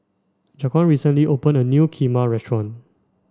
Jaquan recently opened a new Kheema restaurant